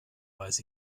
weiß